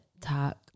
talk